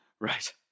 Right